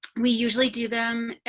we usually do them.